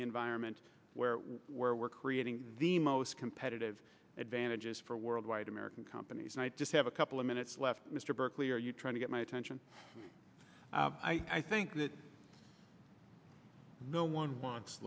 environment where where we're creating the most competitive advantages for worldwide american companies and i just have a couple of minutes left mr berkley are you trying to get my attention i think that no one wants